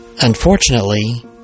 Unfortunately